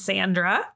Sandra